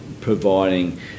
providing